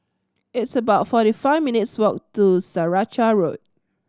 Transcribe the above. it's about forty five minutes' walk to Saraca Road